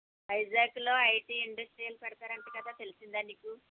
వైజాగ్లో IT industrial పెడుతారు అంట కదా తెలిసిందా నీకు